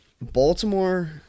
Baltimore